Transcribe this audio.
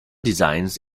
designs